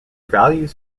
values